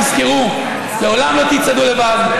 תזכרו: לעולם לא תצעדו לבד,